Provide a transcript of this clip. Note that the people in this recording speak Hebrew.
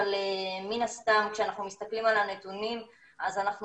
אבל מן הסתם כשאנחנו מסתכלים על הנתונים אז אנחנו